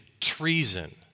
treason